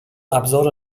ابزار